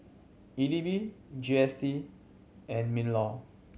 E D B G S T and MinLaw